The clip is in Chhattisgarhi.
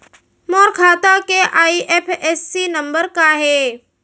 मोर खाता के आई.एफ.एस.सी नम्बर का हे?